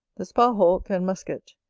the sparhawk and musket,